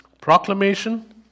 proclamation